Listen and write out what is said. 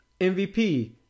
MVP